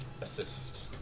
assist